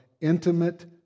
intimate